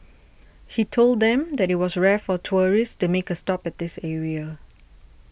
he told them that it was rare for tourists to make a stop at this area